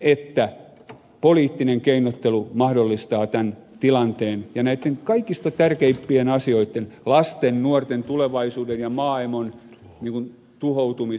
että poliittinen keinottelu mahdollistaa tämän tilanteen näiden kaikista tärkeimpien asioitten lasten nuorten tulevaisuuden ja maailman tuhoutumisen